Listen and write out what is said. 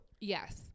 Yes